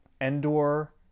Endor